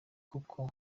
koko